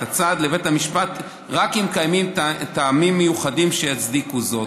את הצד לבית המשפט רק אם קיימים טעמים מיוחדים שיצדיקו זאת.